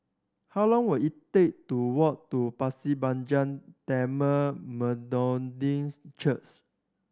how long will it take to walk to Pasir Panjang Tamil Methodist